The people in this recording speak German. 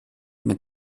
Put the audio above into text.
mit